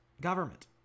government